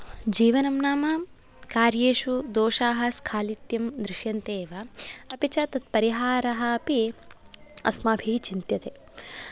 जीवनं नाम कार्येषु दोषाः स्खालित्यं दृश्यन्ते एव अपि च तत् परिहारः अपि अस्माभिः चिन्त्यते